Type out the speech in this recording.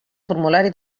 formulari